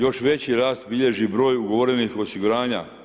Još veći rast bilježi broj ugovorenih osiguranja.